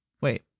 wait